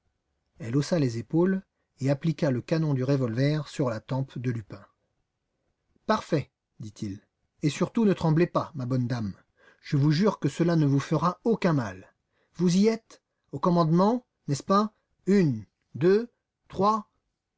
elle haussa les épaules et appliqua le canon du revolver sur la tempe de lupin parfait dit-il et surtout ne tremblez pas ma bonne dame je vous jure que cela ne vous fera aucun mal vous y êtes au commandement n'est-ce pas une deux trois